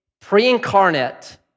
pre-incarnate